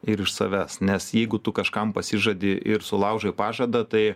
ir iš savęs nes jeigu tu kažkam pasižadi ir sulaužai pažadą tai